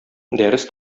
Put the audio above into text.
дәрес